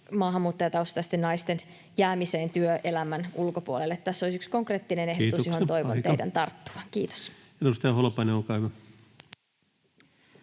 maahanmuuttajataustaisten naisten jäämiseen työelämän ulkopuolelle. Tässä olisi yksi konkreettinen [Puhemies: Kiitoksia, aika!] ehdotus, johon toivon teidän tarttuvan. — Kiitos.